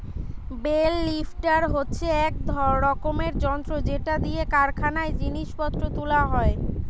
bell lifter হচ্ছে এক রকমের যন্ত্র যেটা দিয়ে কারখানায় জিনিস পত্র তুলা হয়